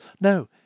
No